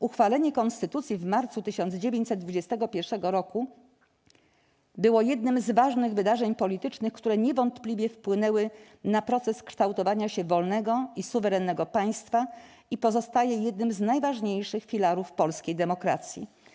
Uchwalenie konstytucji w marcu 1921 roku było jednym z ważnych wydarzeń politycznych, które niewątpliwie wpłynęły na proces kształtowania się wolnego i suwerennego państwa i pozostaje jednym z najważniejszych filarów polskiej demokracji.